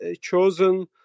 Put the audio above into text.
chosen